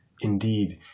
Indeed